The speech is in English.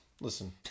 listen